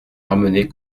ramener